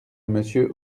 monsieur